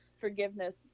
forgiveness